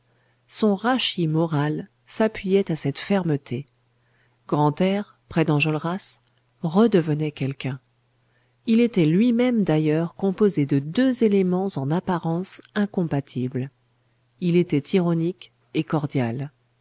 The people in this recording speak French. son rachis moral s'appuyait à cette fermeté grantaire près d'enjolras redevenait quelqu'un il était lui-même d'ailleurs composé de deux éléments en apparence incompatibles il était ironique et cordial